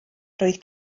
roedd